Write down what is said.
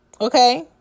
Okay